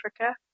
africa